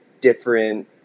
different